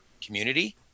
community